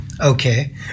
okay